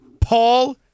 Paul